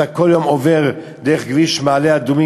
אתה כל יום עובר דרך כביש מעלה-אדומים